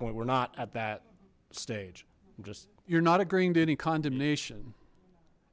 point we're not at that stage i'm just you're not agreeing to any condemnation